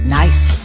nice